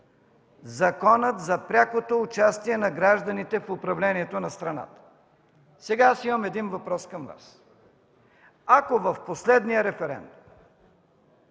Законът за прякото участие на гражданите в управлението на страната. Сега аз имам един въпрос към Вас: ако в последния референдум